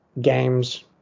games